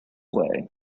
way